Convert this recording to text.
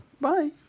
Bye